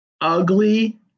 ugly